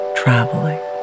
traveling